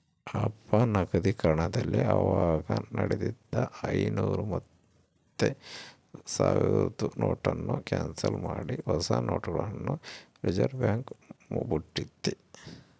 ಅಪನಗದೀಕರಣದಲ್ಲಿ ಅವಾಗ ನಡೀತಿದ್ದ ಐನೂರು ಮತ್ತೆ ಸಾವ್ರುದ್ ನೋಟುನ್ನ ಕ್ಯಾನ್ಸಲ್ ಮಾಡಿ ಹೊಸ ನೋಟುಗುಳ್ನ ರಿಸರ್ವ್ಬ್ಯಾಂಕ್ ಬುಟ್ಟಿತಿ